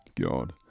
God